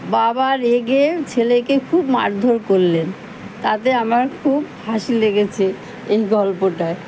বাবার এগে ছেলেকে খুব মারধোর করলেন তাতে আমার খুব হাসি লেগেছে এই গল্পটায়